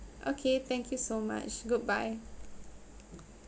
okay thank you so much goodbye